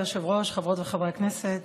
כבוד היושב-ראש, חברות וחברי הכנסת,